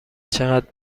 چقد